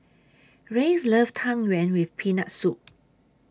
Reyes loves Tang Yuen with Peanut Soup